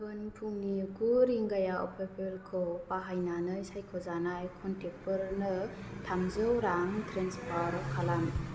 गाबोन फुंनि गु रिंगायाव पेपेलखौ बाहायनानै सायख'जानाय कनटेक्टफोरनो थामजौ रां ट्रेन्सफार खालाम